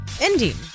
ending